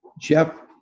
Jeff